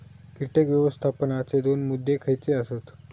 कीटक व्यवस्थापनाचे दोन मुद्दे खयचे आसत?